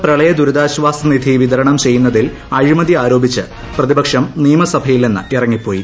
സംസ്ഥാനത്ത് പ്രളയ ദുരിതാശ്ചാസ നിധി വിതരണം ചെയ്യുന്നതിൽ അഴിമതി ആരോപിച്ച് പ്രതിപക്ഷം നിയമസഭയിൽ നിന്ന് ഇറങ്ങിപ്പോയി